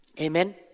Amen